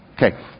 Okay